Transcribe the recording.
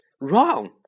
wrong